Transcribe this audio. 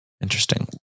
Interesting